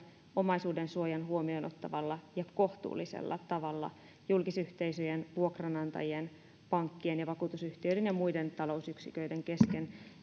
omaisuudensuojan huomioon ottavalla ja kohtuullisella tavalla julkisyhteisöjen vuokranantajien pankkien ja vakuutusyhtiöiden ja muiden talousyksiköiden kesken